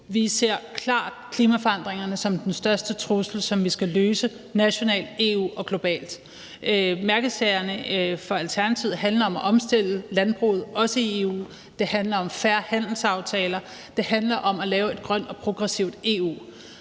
Vi ser klart klimaforandringerne som den største trussel, som vi skal håndtere nationalt, i EU og globalt. Mærkesagerne fra Alternativet handler om at omstille landbruget, også i EU; de handler om fair handelsaftaler; de handler om at lave et grønt og progressivt EU.